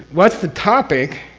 what's the topic?